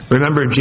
Remember